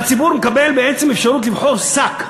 והציבור מקבל בעצם אפשרות לבחור שק,